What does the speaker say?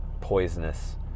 poisonous